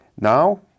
Now